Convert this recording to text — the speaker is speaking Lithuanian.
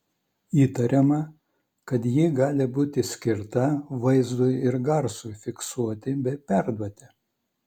įtariama kad ji gali būti skirta vaizdui ir garsui fiksuoti bei perduoti